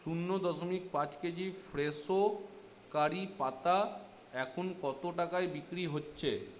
শূন্য দশমিক পাঁচ কেজি ফ্রেশো কারি পাতা এখন কত টাকায় বিক্রি হচ্ছে